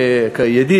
כידיד,